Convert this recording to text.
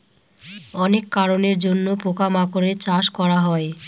অনেক কারনের জন্য পোকা মাকড়ের চাষ করা হয়